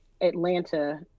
Atlanta